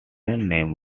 name